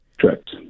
Correct